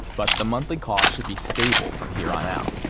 but the monthly costs should be stable from here on out,